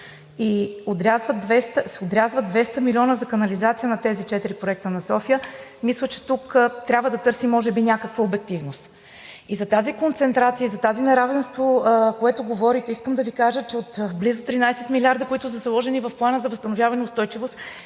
и се отрязват 200 милиона за канализация на тези четири проекта на София, мисля, че тук трябва да търсим може би някаква обективност. И за тази концентрация, и за това неравенство, което говорите, искам да Ви кажа, че от близо 13 милиарда, които са заложени в Плана за възстановяване и устойчивост,